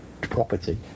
property